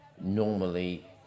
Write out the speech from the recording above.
normally